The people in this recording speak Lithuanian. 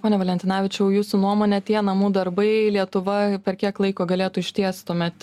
pone valentinavičiau jūsų nuomone tie namų darbai lietuva per kiek laiko galėtų išties tuomet